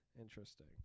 interesting